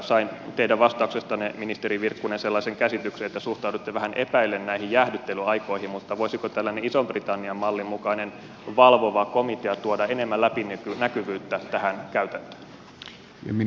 sain teidän vastauksestanne ministeri virkkunen sellaisen käsityksen että suhtaudutte vähän epäillen näihin jäähdyttelyaikoihin mutta voisiko tällainen ison britannian mallin mukainen valvova komitea tuoda enemmän läpinäkyvyyttä tähän käytäntöön